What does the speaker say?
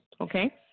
Okay